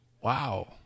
Wow